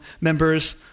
members